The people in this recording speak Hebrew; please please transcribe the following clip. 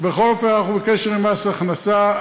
אנחנו בקשר עם מס הכנסה,